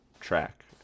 track